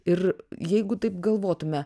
ir jeigu taip galvotume